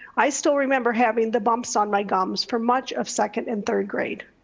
i still remember having the bumps on my gums for much of second and third grade.